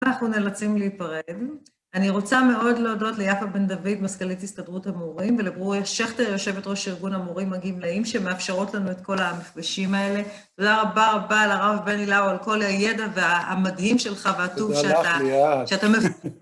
אנחנו נאלצים להיפרד. אני רוצה מאוד להודות ליפה בן דוד, מזכ"לית הסתדרות המורים, ולברוריה שכטר, יושבת ראש ארגון המורים הגימלאים, שמאפשרות לנו את כל המפגשים האלה. תודה רבה רבה לרב בני לאו על כל הידע והמדהים שלך, והטוב שאתה, שאתה